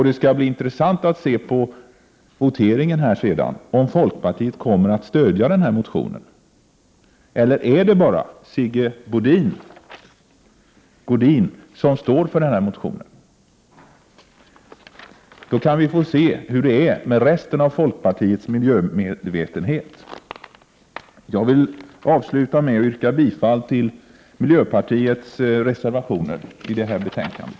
Det skall bli intressant att se vid voteringen här sedan, om folkpartiet kommer att stödja den — eller är det bara Sigge Godin som står för den här motionen? Då kan vi få se hur det är med miljömedvetenheten hos resten av folkpartiet. Jag vill avsluta mitt inlägg med att yrka bifall till miljöpartiets reservationer i betänkandet.